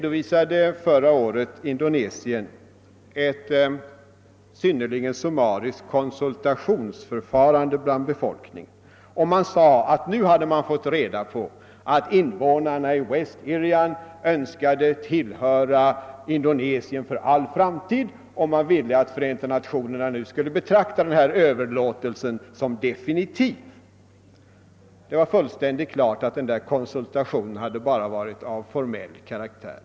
Förra året redovisade Indonesien ett synnerligen summariskt konsultationsförfarande bland befolkningen. Man sade att nu hade man fått reda på att invånarna i West Irian önskade tillhöra Indonesien för all framtid, och man ville att FN skulle betrakta överlåtelsen som = definitiv. Det stod fullständigt klart att denna konsultation varit av enbart formell karaktär.